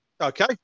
Okay